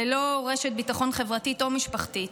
ללא רשת ביטחון חברתית או משפחתית,